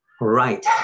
Right